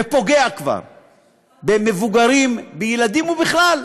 וכבר פוגע, במבוגרים, בילדים ובכלל.